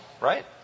Right